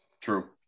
True